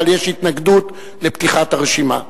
אבל יש התנגדות לפתיחת הרשימה.